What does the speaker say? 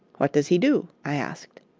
what does he do? i asked.